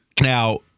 Now